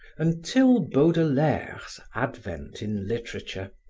until baudelaire's advent in literature,